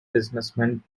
businessman